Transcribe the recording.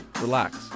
relax